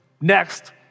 next